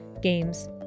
games